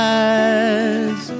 eyes